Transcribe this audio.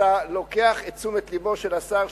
אתה לוקח את תשומת לבו של השר,